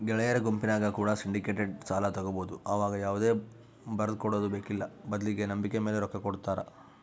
ಗೆಳೆಯರ ಗುಂಪಿನ್ಯಾಗ ಕೂಡ ಸಿಂಡಿಕೇಟೆಡ್ ಸಾಲ ತಗಬೊದು ಆವಗ ಯಾವುದೇ ಬರದಕೊಡದು ಬೇಕ್ಕಿಲ್ಲ ಬದ್ಲಿಗೆ ನಂಬಿಕೆಮೇಲೆ ರೊಕ್ಕ ಕೊಡುತ್ತಾರ